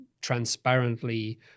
transparently